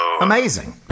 Amazing